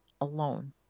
alone